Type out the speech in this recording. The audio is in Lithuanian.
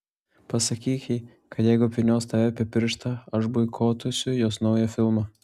pasakyk jai kad jeigu apvynios tave apie pirštą aš boikotuosiu jos naują filmą